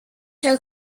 her